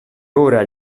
ora